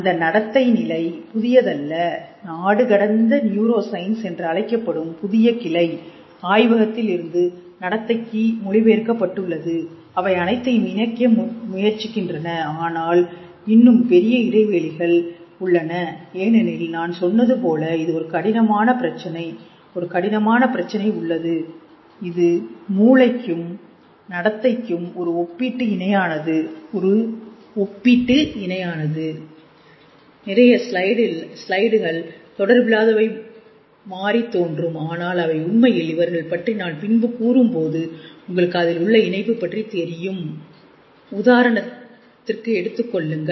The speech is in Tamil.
அந்த நடத்தை நிலை புதியதல்ல நாடுகடந்த நியூரோ சயின்ஸ் என்று அழைக்கப்படும் புதிய கிளை ஆய்வகத்தில் இருந்து நடத்தைக்கு மொழிபெயர்க்கப்பட்டுள்ளது அவை அனைத்தையும் இணைக்க முயற்சிக்கின்றன ஆனால் இன்னும் பெரிய இடைவெளிகள் உள்ளன ஏனெனில் நான் சொன்னது போல் இது ஒரு கடினமான பிரச்சனை ஒரு கடினமான பிரச்சினை உள்ளது இது இது மூளைக்கும் நடத்தைக்கும் ஒரு ஒப்பீட்டு இணையானது ஒரு ஒப்பீட்டு இணையானது நிறைய ஸ்லைடுகள் தொடர்பில்லாதவை மாறித் தோன்றும் ஆனால் அவை உண்மையில் இவர்கள் பற்றி நான் பின்பு கூறும் போது உங்களுக்கு அதில் உள்ள இணைப்பு பற்றி தெரியும் உதாரணத்தை எடுத்துக்கொள்ளுங்கள்